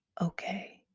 okay